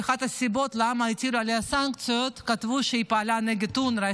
באחת הסיבות שלהם למה הטילו עליה סנקציות כתבו שפעלה נגד אונר"א,